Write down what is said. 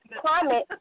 climate